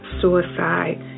suicide